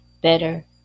better